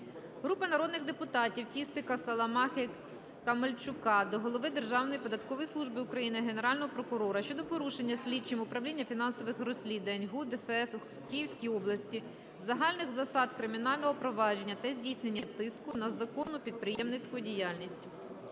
Групи народних депутатів (Тістика, Саламахи, Камельчука) до голови Державної податкової служби України, Генерального прокурора щодо порушення слідчим управлінням фінансових розслідувань ГУ ДФС у Київській області загальних засад кримінального провадження та здійснення тиску на законну підприємницьку діяльність.